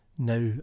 Now